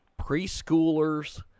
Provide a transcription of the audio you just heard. Preschoolers